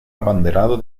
abanderado